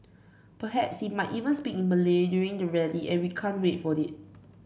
perhaps he might even speak in Malay during the rally and we can't wait for it